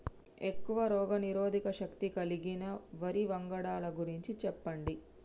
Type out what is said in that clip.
ఎక్కువ రోగనిరోధక శక్తి కలిగిన వరి వంగడాల గురించి చెప్పండి?